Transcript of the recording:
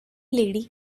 lady